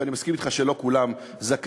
ואני מסכים אתך שלא כולם זכאים,